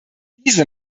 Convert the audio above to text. diese